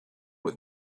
with